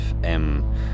FM